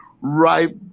right